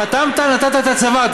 חתמת, נתת את הצוואר.